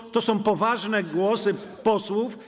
Czy to są poważne głosy posłów?